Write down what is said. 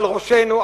על ראשנו,